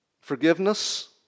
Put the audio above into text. forgiveness